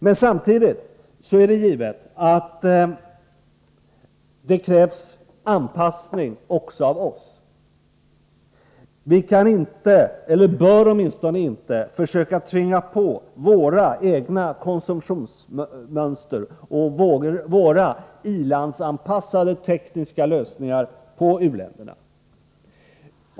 Men samtidigt är det givet att det krävs anpassning också avoss. Vi bör inte försöka tvinga på u-länderna våra egna konsumtionsmönster och våra i-landsanpassade tekniska lösningar.